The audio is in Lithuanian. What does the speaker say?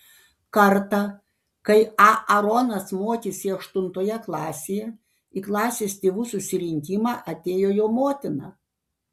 kartą kai aaronas mokėsi aštuntoje klasėje į klasės tėvų susirinkimą atėjo jo motina